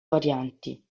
varianti